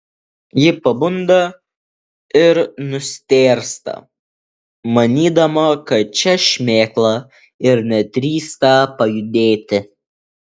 ji pabunda ir nustėrsta manydama kad čia šmėkla ir nedrįsta pajudėti